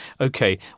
Okay